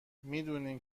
میدونین